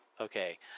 okay